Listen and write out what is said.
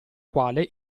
quale